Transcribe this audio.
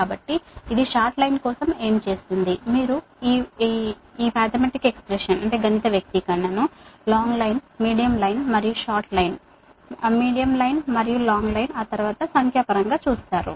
కాబట్టి ఇది short line కోసం ఏమి చేస్తుంది మీరు ఈ గణిత వ్యక్తీకరణను లాంగ్ లైన్ మీడియం లైన్ మరియు షార్ట్ లైన్ మీడియం లైన్ మరియు లాంగ్ లైన్ ఆ తర్వాత సంఖ్యా పరంగా చూస్తారు